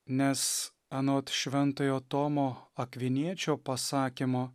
nes anot šventojo tomo akviniečio pasakymo